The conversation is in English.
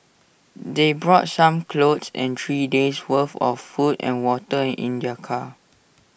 they brought some clothes and three days' worth of food and water in their car